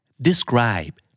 Describe